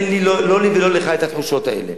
לא לי ולא לך יש תחושות כאלה.